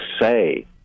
say